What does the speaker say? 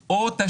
או האם